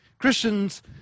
Christians